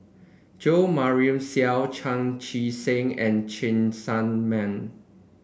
Jo Marion Seow Chan Chee Seng and Cheng Tsang Man